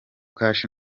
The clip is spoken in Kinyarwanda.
cash